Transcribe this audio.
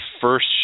first